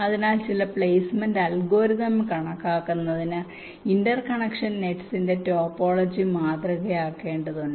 അതിനാൽ ചില placement algorithm കണക്കാക്കുന്നതിന് ഇന്റർ കണക്ഷൻ നെറ്റ്സിന്റെ ടോപ്പോളജി മാതൃകയാക്കേണ്ടതുണ്ട്